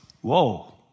Whoa